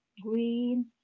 green